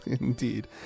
indeed